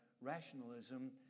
rationalism